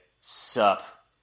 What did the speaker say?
sup